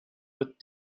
with